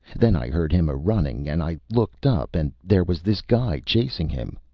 then i heard him a-running, and i looked up, and there was this guy, chasing him.